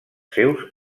seus